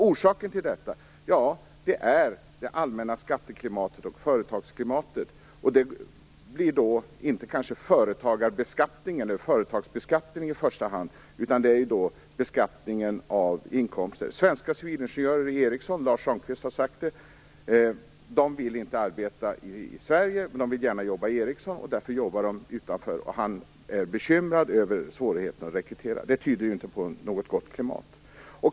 Orsaken till detta är det allmänna skatteklimatet och företagsklimatet. Det gäller då inte i första hand företagsbeskattningen utan beskattningen av inkomster. Svenska civilingenjörer i Ericsson vill inte arbeta i Sverige, men de vill gärna jobba hos Ericsson, och därför jobbar de utanför Sverige. Detta har Lars Ramqvist sagt. Han är bekymrad över svårigheterna att rekrytera. Det tyder ju inte på något gott klimat.